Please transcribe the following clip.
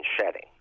shedding